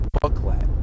booklet